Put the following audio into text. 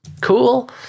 cool